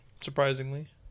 Surprisingly